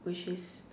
which is